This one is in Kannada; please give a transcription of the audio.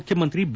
ಮುಖ್ಯಮಂತ್ರಿ ಬಿ